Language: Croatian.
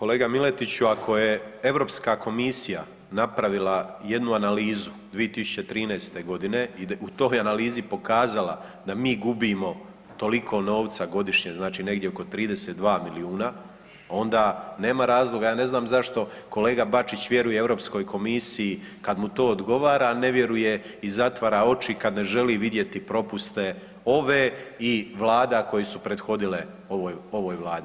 Kolega Miletiću ako je Europska komisija napravila jednu analizu 2013. godine i u toj analizi pokazala da mi gubimo toliko novca godišnje znači negdje oko 32 milijuna onda nema razloga, ja ne znam zašto kolega Bačić vjeruje Europskoj komisiji kad mu to odgovara, a ne vjeruje i zatvara oči kad ne želi vidjeti propuste ove i vlada koje su prethodile ovoj Vladi.